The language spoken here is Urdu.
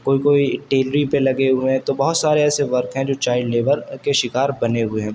کوئی کوئی پہ لگے ہوئے ہیں تو بہت سارے ایسے ورک ہیں جو چائیلڈ لیبر کے شکار بنے ہوئے ہیں بچے